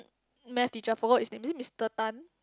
math teacher I forgot his name is it Mister Tan